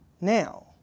now